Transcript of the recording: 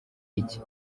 iki